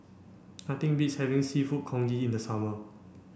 nothing beats having Seafood Congee in the summer